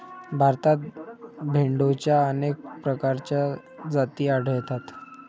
भारतात भेडोंच्या अनेक प्रकारच्या जाती आढळतात